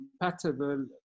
compatible